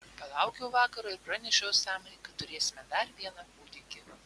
palaukiau vakaro ir pranešiau osamai kad turėsime dar vieną kūdikį